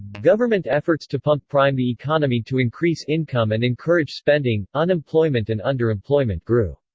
government efforts to pump-prime the economy to increase income and encourage spending, unemployment and underemployment grew.